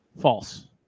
False